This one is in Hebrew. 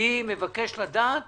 אני מבקש לדעת